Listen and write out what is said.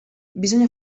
bisogna